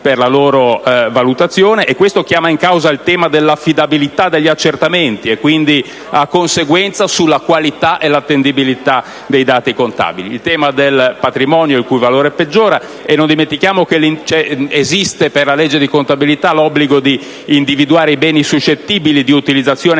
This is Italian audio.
per la loro valutazione, chiama in causa il tema dell'affidabilità degli accertamenti e, quindi, ha conseguenze sulla qualità e attendibilità dei dati contabili. C'é poi il tema del patrimonio, il cui valore peggiora, e non dimentichiamo che per la legge di contabilità esiste l'obbligo di individuare i beni suscettibili di utilizzazione